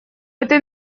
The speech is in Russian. этой